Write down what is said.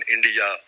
India